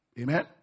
Amen